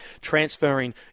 transferring